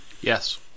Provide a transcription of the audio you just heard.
Yes